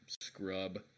scrub